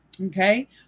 okay